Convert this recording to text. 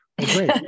great